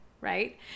right